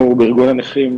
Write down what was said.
אנחנו בארגון הנכים,